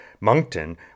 Moncton